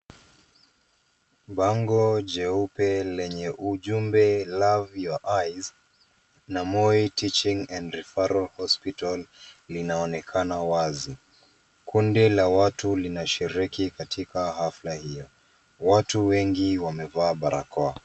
Bango jeupe lenye ujumbe Love your Eyes na Moi Teaching and Referral Hospital linaonekana wazi. Kundi la watu linashiriki katika hafla hiyo. Watu wengi wamevaa barakoa.